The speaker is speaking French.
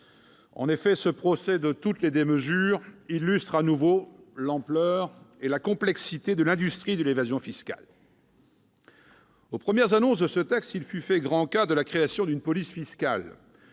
En effet, ce procès de toutes les démesures illustre à nouveau l'ampleur et la complexité de l'industrie de l'évasion fiscale. À l'occasion des premières annonces relatives à ce texte, il fut fait grand cas de la création d'une police fiscale,